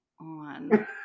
on